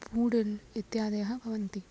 Moodle इत्यादयः भवन्ति